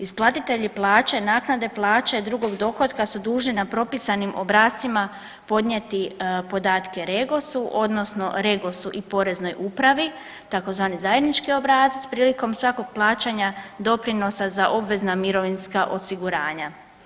Isplatitelji plaće naknade plaće drugog dohotka su dužni na propisanim obrascima podnijeti podatke Regosu odnosno Regosu i poreznoj upravi tzv. zajednički obrazac prilikom svakog plaćanja doprinosa za obvezna mirovinska osiguranja.